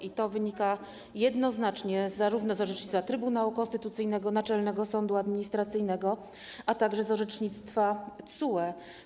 I to wynika jednoznacznie zarówno z orzecznictwa Trybunału Konstytucyjnego, Naczelnego Sądu Administracyjnego, jak i z orzecznictwa TSUE.